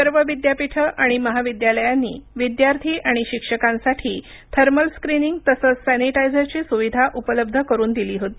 सर्व विद्यापीठं आणि महाविद्यालयांनी विद्यार्थी आणि शिक्षकांसाठी थर्मल स्क्रीनिंग तसंच सॅनीटायझरची सुविधा उपलब्ध करून दिली होती